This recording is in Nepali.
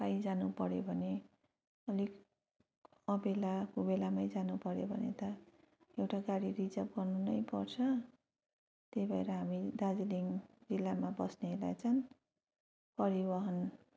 काहीँ जानु पर्यो भने अलिक अबेला कुबेलामा जानु पर्यो भने त एउटा गाडी रिजर्भ गर्नु नै पर्छ त्यही भएर हामी दार्जिलिङ जिल्लामा बस्नेहरूलाई चाहिँ परिवहन